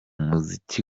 muziki